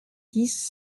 dix